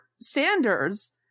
Sanders